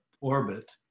orbit